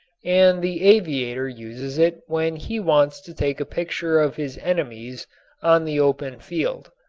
and the aviator uses it when he wants to take a picture of his enemies on the open field.